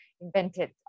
invented